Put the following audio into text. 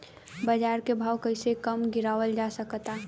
बाज़ार के भाव कैसे कम गीरावल जा सकता?